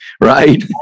Right